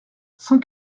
cent